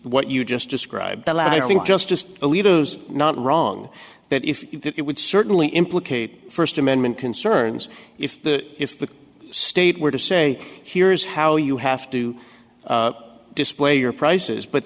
what you just described just just a leader not wrong that if it would certainly implicate first amendment concerns if the if the state were to say here's how you have to display your prices but